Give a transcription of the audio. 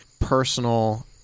personal